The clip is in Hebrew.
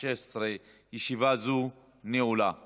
הכנסת, ללא כל ספק נאמרו כאן דברים בלי אחריות.